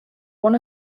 one